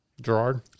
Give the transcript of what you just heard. Gerard